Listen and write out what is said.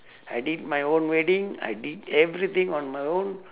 I did my own wedding I did everything on my own